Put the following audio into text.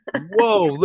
Whoa